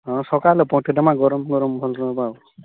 ହଁ ସକାଳେ ପଠେଇଦେମା ଗରମ୍ ଗରମ୍ ଭଲ ରହିବା ଆଉ